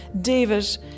David